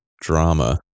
drama